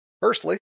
Firstly